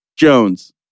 Jones